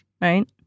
right